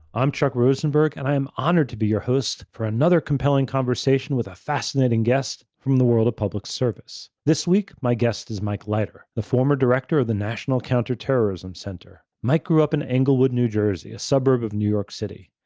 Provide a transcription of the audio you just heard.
i'm chuck rosenberg, and i am honored to be your host for another compelling conversation with a fascinating guest from the world of public service. this week, my guest is mike leiter, the former director of the national counterterrorism center. mike grew up in englewood, new jersey, a suburb of new york city.